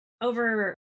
over